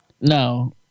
No